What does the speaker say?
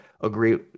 agree